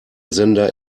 sender